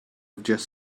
just